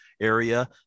area